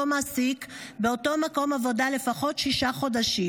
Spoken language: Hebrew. מעסיק באותו מקום עבודה לפחות שישה חודשים,